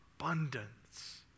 abundance